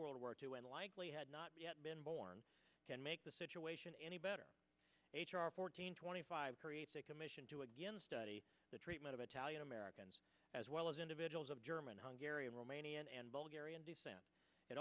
world war two and likely had not yet been born can make the situation any better h r fourteen twenty five creates a commission to again study the treatment of italian americans as well as individuals of german hungary romania and bulgaria descent